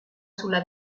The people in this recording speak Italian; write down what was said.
sulla